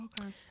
Okay